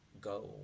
go